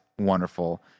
wonderful